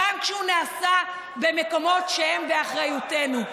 גם כשהוא נעשה במקומות שהם באחריותנו,